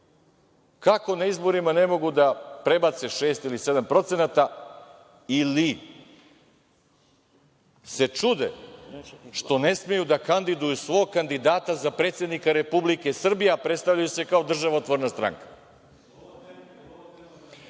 kako na izborima ne mogu da prebace 6% ili 7% ili se čude što ne smeju da kandiduju svog kandidata za predsednika Republike Srbije, a predstavljaju se kao državotvorna stranka.(Goran